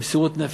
מסירות נפש,